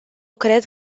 cred